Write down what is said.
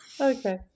Okay